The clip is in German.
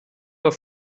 war